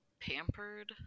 pampered